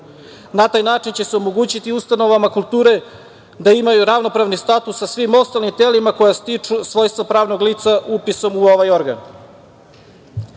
taj način će se omogućiti ustanovama kulture da imaju ravnopravni status sa svim ostalim telima koja stiču svojstvo pravnih lica upisom u ovaj organ.